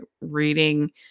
reading